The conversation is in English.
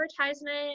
Advertisement